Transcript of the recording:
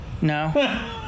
no